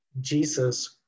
Jesus